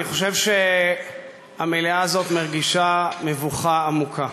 אני חושב שהמליאה הזאת מרגישה מבוכה עמוקה,